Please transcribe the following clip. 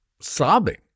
sobbing